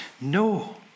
No